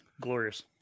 Glorious